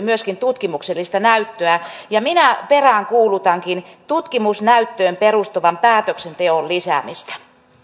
myöskin tutkimuksellista näyttöä minä peräänkuulutankin tutkimusnäyttöön perustuvan päätöksenteon lisäämistä vielä